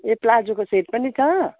ए प्लाजोको सेट पनि छ